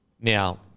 Now